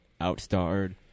outstarred